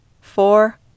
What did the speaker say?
four